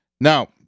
Now